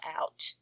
out